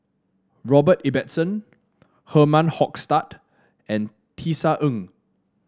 Robert Ibbetson Herman Hochstadt and Tisa Ng